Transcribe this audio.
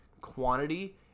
quantity